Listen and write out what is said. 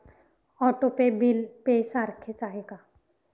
Auto pay आणि bill pay सारखेच आहे का?